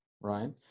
right